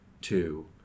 two